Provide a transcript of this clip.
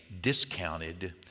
discounted